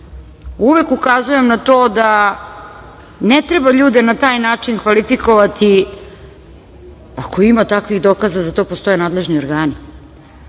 Uvek ukazujem na to da ne treba ljude na taj način kvalifikovati. Ako ima takvih dokaza za to, postoje nadležni organi.